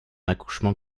accouchement